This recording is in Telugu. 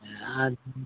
రా